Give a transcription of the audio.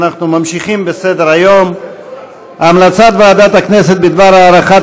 אנחנו ממשיכים בסדר-היום: המלצת ועדת הכנסת בדבר הארכת